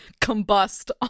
Combust